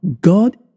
God